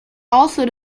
also